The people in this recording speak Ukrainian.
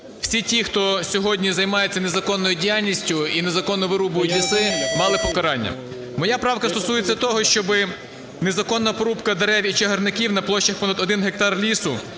всі ті, хто сьогодні займається незаконною діяльністю і незаконно вирубують ліси, мали покарання. Моя правка стосується того, щоби незаконна порубка дерев і чагарників на площах понад один гектар лісу,